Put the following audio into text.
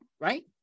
right